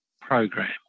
program